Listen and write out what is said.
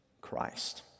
Christ